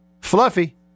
Fluffy